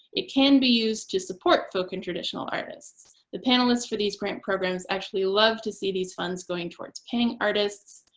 it can be used to support folk and traditional artists. the panelists for these grant programs actually love to see these funds going toward paying artists,